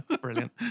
Brilliant